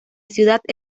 ciudad